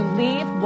leave